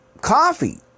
coffee